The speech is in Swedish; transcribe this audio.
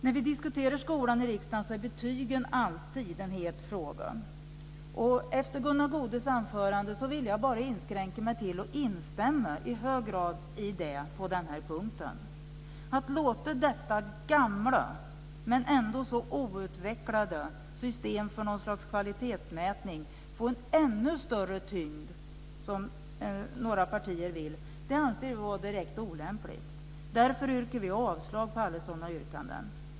När vi i riksdagen diskuterar skolan är betygen alltid en het fråga. Efter Gunnar Goudes anförande vill jag bara inskränka mig till att i hög grad instämma i det han sade på den punkten. Att låta detta gamla men ändå så outvecklade system för någon slags kvalitetsmätning få en ännu större tyngd, som några partier vill, anser vi vara direkt olämpligt. Därför yrkar vi avslag på alla sådana yrkanden.